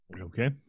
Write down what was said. Okay